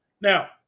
Now